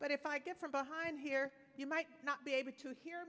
but if i get from behind here you might not be able to he